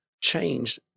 changed